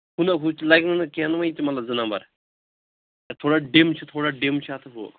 ہُہ نہ ہُہ تہِ لَگِوُ نہٕ کینٛہہ وۄنۍ یہِ تہِ مطلب زٕ نَمبر یَتھ تھوڑا ڈِم چھِ ٹھوڑا ڈِم چھِ اَتھ ہُہ